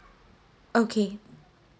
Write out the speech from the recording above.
okay